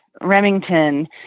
Remington